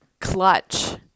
clutch